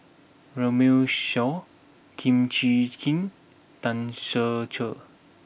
Runme Shaw Kim Chee Kin Tan Ser Cher